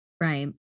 Right